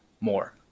more